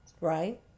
Right